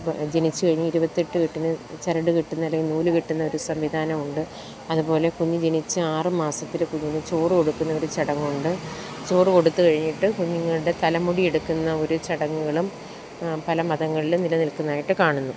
പ് ജനിച്ച് കഴിഞ്ഞ് ഇരുപത്തെട്ട് കെട്ടിന് ചരട് കെട്ടുന്ന അല്ലെങ്കിൽ നൂൽ കെട്ടുന്ന ഒരു സംവിധാനം ഉണ്ട് അതുപോലെ കുഞ്ഞ് ജനിച്ച് ആറ് മാസത്തിൽ കുഞ്ഞിന് ചോറ് കൊടുക്കുന്ന ഒരു ചടങ്ങുണ്ട് ചോറ് കൊടുത്ത് കഴിഞ്ഞിട്ട് കുഞ്ഞുങ്ങളുടെ തലമുടി എടുക്കുന്ന ഒരു ചടങ്ങുകളും പല മതങ്ങളിലും നിലനിൽക്കുന്നതായിട്ട് കാണുന്നു